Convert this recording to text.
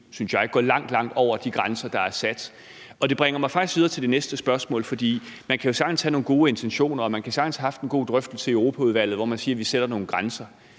synes jeg, går langt, langt over de grænser, der er sat. Det bringer mig faktisk videre til det næste spørgsmål, for man kan jo sagtens have nogle gode intentioner og man kan sagtens have haft en god drøftelse i Europaudvalget, hvor man siger, at vi sætter nogle grænser,